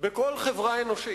בכל חברה אנושית.